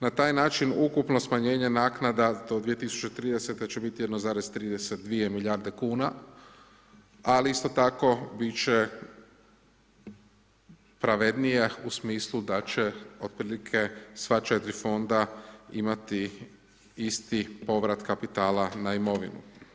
Na taj način ukupno smanjenje naknada do 2030. će biti 1,32 milijarde kuna ali isto tako bit će pravednije u smislu da će otprilike sva 4 fonda imati isti povrat kapitala na imovinu.